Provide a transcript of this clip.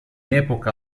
epoca